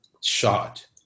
shot